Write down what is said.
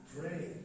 pray